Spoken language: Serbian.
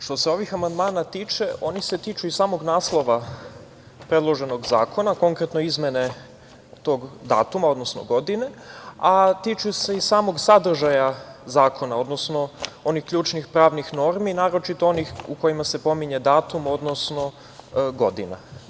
Što se ovih amandmana tiče oni se tiču i samog naslova predloženog zakona, konkretno izmene tog datuma, odnosno godine, a tiču se i samog sadržaja zakona, odnosno onih ključnih pravnih normi, naročito onih u kojima se pominje datum, odnosno godina.